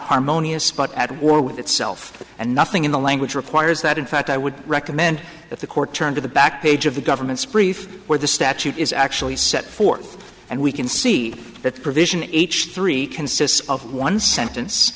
harmonious but at war with itself and nothing in the language requires that in fact i would recommend that the court turn to the back page of the government's brief where the statute is actually set forth and we can see that provision h three consists of one sentence